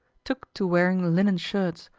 took to wearing linen shirts,